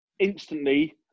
Instantly